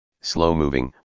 slow-moving